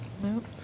No